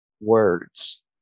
words